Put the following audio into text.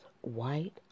white